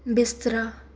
ਬਿਸਤਰਾ